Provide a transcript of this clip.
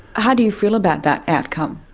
how do you feel about that outcome?